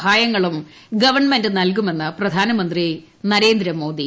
സഹായങ്ങളും ഗവൺമെന്റ് നൽകുമെന്ന് പ്രധാനമന്ത്രി നരേന്ദ്രമോദി